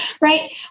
right